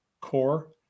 core